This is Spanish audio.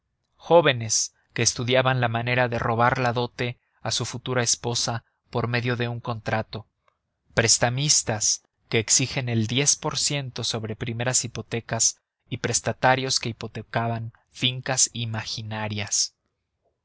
jóvenes que estudiaban la manera de robar la dote a su futura esposa por medio de un contrato prestamistas que exigen el diez por ciento sobre primeras hipotecas y prestatarios que hipotecaban fincas imaginarias